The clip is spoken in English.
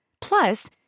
Plus